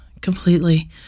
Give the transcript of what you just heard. completely